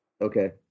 Okay